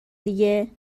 دیگه